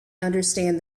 understand